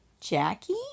Jackie